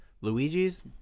Luigi's